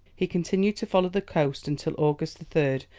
he continued to follow the coast until august third,